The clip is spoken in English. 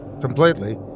completely